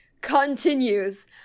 continues